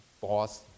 boss